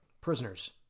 Prisoners